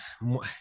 more